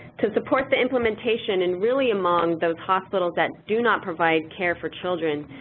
to support the implementation and really among those hospitals that do not provide care for children,